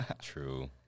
True